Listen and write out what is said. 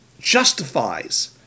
justifies